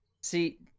See